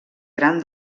gran